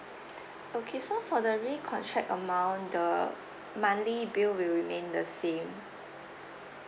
okay so for the recontract amount the monthly bill will remain the same